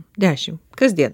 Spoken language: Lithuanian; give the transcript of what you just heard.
dešimt kasdien